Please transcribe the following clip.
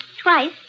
twice